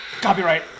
Copyright